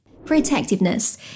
Protectiveness